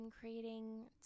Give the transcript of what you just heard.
creating